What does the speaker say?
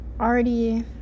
already